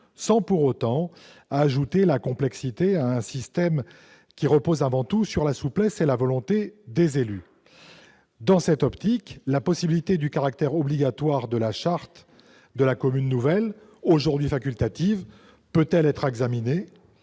sans pour autant ajouter de la complexité à un système qui repose avant tout sur la souplesse et la volonté des élus. Dans cette optique, la possibilité du caractère obligatoire de la charte de la commune nouvelle, aujourd'hui facultative, peut-elle être examinée ?